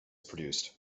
produced